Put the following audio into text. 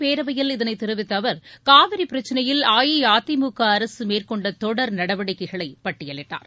பேரவையில் இதனை தெரிவித்த அவர் காவிரி பிரச்சினையில் அஇஅதிமுக அரசு மேற்கொண்ட தொடர் நடவடிக்கைகளை பட்டியலிட்டார்